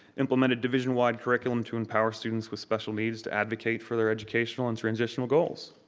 implemented division wide curriculum to empower students with special needs to advocate for their educational and transitional goals.